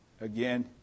again